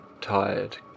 tired